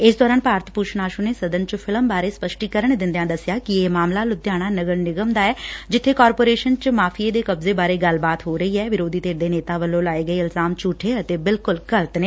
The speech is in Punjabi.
ਇਸ ਦੌਰਾਨ ਭਾਰਤ ਭੁਸ਼ਣ ਆਸੁ ਨੇ ਸਦਨ ਚ ਫਿਲਮ ਬਾਰੇ ਸਪੱਸ਼ਟੀਕਰਨ ਦਿੰਦਿਆਂ ਦਸਿਆ ਕਿ ਇਹ ਮਾਮਲਾ ਲੁਧਿਆਣਾ ਨਗਰ ਨਿਗਮ ਦਾ ਐ ਜਿੱਥੇ ਕਾਰਪੋਰੇਸ਼ਨ ਚ ਮਾਫੀਏ ਦੇ ਕਬਜ਼ੇ ਬਾਰੇ ਗੱਲਬਾਤ ਹੋ ਰਹੀ ਐ ਵਿਰੋਧੀ ਧਿਰ ਦੇ ਨੇਤਾ ਵੱਲੋਂ ਲਾਏ ਗਏ ਇਲਜਾਮ ਝੁਠੇ ਅਤੇ ਬਿਲਕੁਲ ਗਲਤ ਨੇ